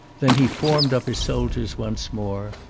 then he formed up his soldiers once more.